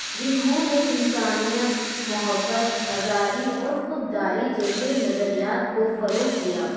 جنہوں نے انسانیت محبت آزادی اور خودداری جیسے نظریات کو فروغ دیا